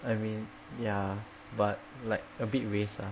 I mean ya but like a bit waste ah